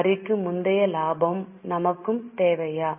வரிக்கு முந்தைய லாபம் நமக்குத் தேவையா